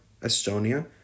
Estonia